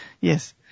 Yes